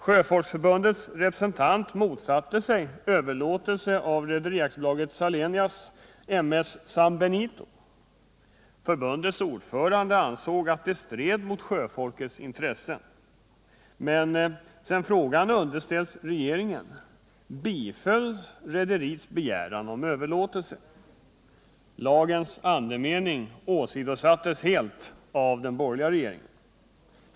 Sjöfolksförbundets representant motsatte sig överlåtelse av Rederi AB Salenias M/S San Benito. Förbundets ordförande ansåg att överlåtelsen stred mot sjöfolkets intresse. Men sedan frågan underställts regeringen bifölls rederiets begäran om överlåtelse. Lagens andemening åsidosattes helt av den borgerliga regeringen.